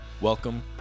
Welcome